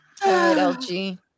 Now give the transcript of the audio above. lg